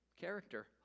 character